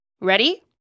Ready